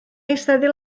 eistedd